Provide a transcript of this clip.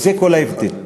זה כל ההבדל.